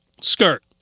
skirt